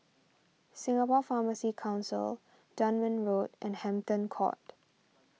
Singapore Pharmacy Council Dunman Road and Hampton Court